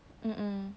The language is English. hmm hmm